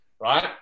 Right